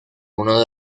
uno